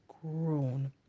grown